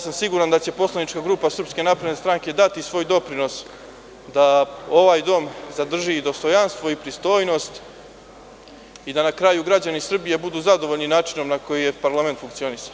Siguran sam da će poslanička grupa SNS dati svoj doprinos da ovaj dom zadrži dostojanstvo i pristojnost i da na kraju građani Srbije budu zadovoljni načinom na koji je parlament funkcionisao.